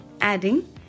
adding